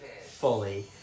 Fully